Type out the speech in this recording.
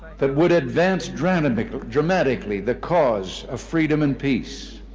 that would advance dramatically dramatically the cause of freedom and peace.